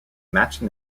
matching